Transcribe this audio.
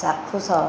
ଚାକ୍ଷୁସ